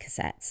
cassettes